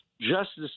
Justice